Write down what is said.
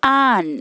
on